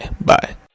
Bye